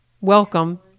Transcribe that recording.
Welcome